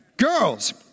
girls